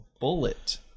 bullet